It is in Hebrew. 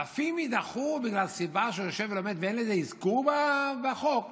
אלפים יידחו בגלל סיבה שיושב ולומד ואין לזה אזכור בחוק?